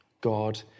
God